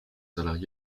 salariés